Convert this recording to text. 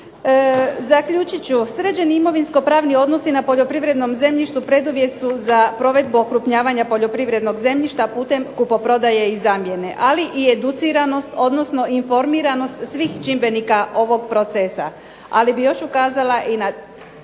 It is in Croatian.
Zaključit ću. Sređeni imovinsko-pravni odnosi na poljoprivrednom zemljištu preduvjet su za provedbu okrupnjavanja poljoprivrednog zemljišta putem kupoprodaje i zamjene, ali i educiranost odnosno informiranost svih čimbenika ovog procesa. Ali bih još ukazala i na